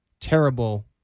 terrible